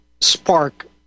spark